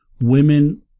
Women